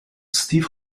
steve